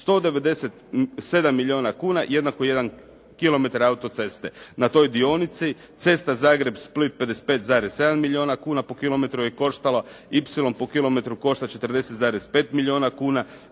197 milijuna kuna jednako jedan kilometar autoceste na toj dionici, cesta Zagreb-Split 55,7 milijuna kuna po kilometru je koštala, Ipsilon po kilometru košta 40,5 milijuna kuna,